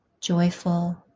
Joyful